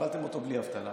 קיבלתם אותו בלי אבטלה.